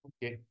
Okay